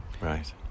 right